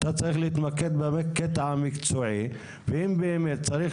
אתה צריך להתמקד בקטע המקצועי ואם באמת צריך